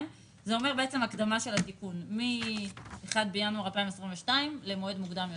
זה אומר בעצם הקדמה של התיקון מ-1 בינואר 2022 למועד מוקדם יותר.